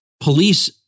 Police